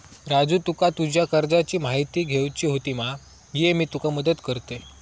राजू तुका तुज्या कर्जाची म्हायती घेवची होती मा, ये मी तुका मदत करतय